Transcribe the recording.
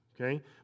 okay